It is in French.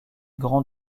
grand